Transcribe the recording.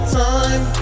time